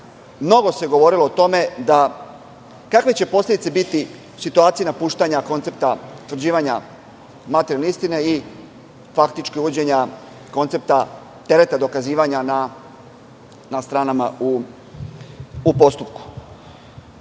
mnogo se govorilo o tome kakve će posledice biti u situaciji napuštanja koncepta utvrđivanja materijalne istine i faktički uvođenja koncepta tereta dokazivanja na stranama u postupku.